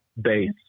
base